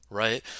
right